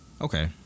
Okay